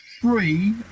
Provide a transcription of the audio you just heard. free